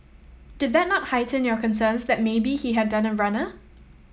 did that not heighten your concerns that maybe he had done a runner